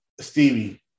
Stevie –